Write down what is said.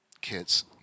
kits